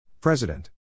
President